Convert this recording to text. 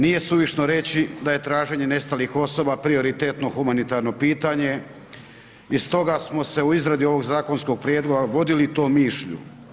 Nije suvišno reći da je traženje nestalih osoba prioritetno humanitarno pitanje i stoga smo se u izradi ovog zakonskog prijedloga vodili tom mišlju.